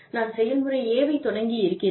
நான் செயல்முறை - A வை தொடங்கி இருக்கிறேன்